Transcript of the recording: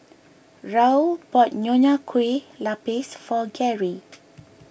Raul bought Nonya Kueh Lapis for Garry